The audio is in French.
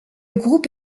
groupe